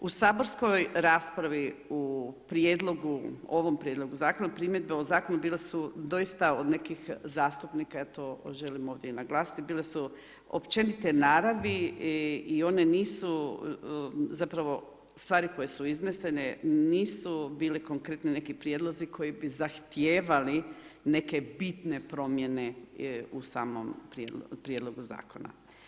U saborskoj raspravi u prijedlogu ovom prijedlogu zakona, primjedbe ovog zakona, bile su doista od nekih zastupnika, ja to želim ovdje naglasiti, bile su općenite naravi i one nisu, zapravo, stvari koje su iznesene nisu bili konkretni neki prijedlozi koji bi zahtijevali neke bitne promjene u samom prijedlogu zakona.